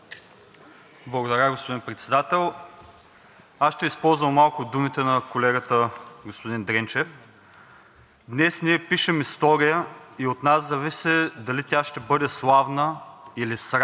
„Днес ние пишем история и от нас зависи дали тя ще бъде славна или срамна!“ И това всеки един от тук присъстващите народни представители трябва да го определи.